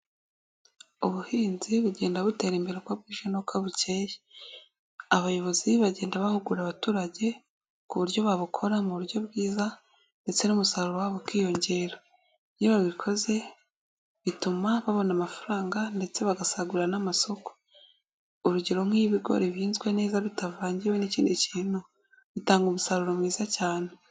Ubuhinzi bugenda butera imbere uko bwije n'uko bukeye, abayobozi bagenda bahugura abaturage ku buryo babukora mu buryo bwiza ndetse n'umusaruro wabo ukiyongera. Iyo babikoze bituma babona amafaranga ndetse bagasagurira n'amasoko, urugero nk'iyo ibigori bihinzwe neza bitavangiwe n'ikindi kintu, bitanga umusaruro mwiza cyane.